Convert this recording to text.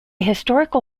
historical